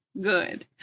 Good